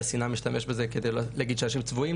השנאה משתמש בזה על מנת להגיד שאנשים צבועים